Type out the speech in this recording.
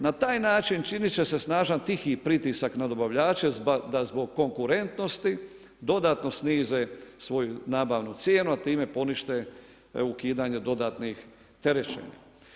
Na taj način činiti će se snažan tihi pritisak na dobavljače da zbog konkurentnosti dodatno snize svoju nabavnu cijenu a time ponište ukidanje dodatnih terećenja.